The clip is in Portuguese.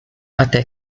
até